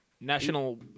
National